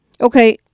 okay